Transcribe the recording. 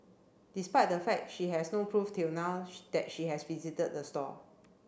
despite the fact she has no proof till now that she has visited the store